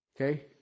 Okay